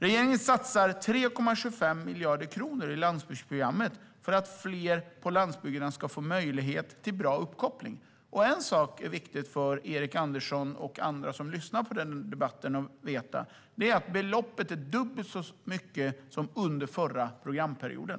Regeringen satsar 3,25 miljarder kronor i landsbygdsprogrammet för att fler på landsbygden ska få möjlighet till bra uppkoppling. En sak är viktig för Erik Andersson och andra som lyssnar på debatten att veta. Det är att beloppet är dubbelt så mycket som under förra programperioden.